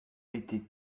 était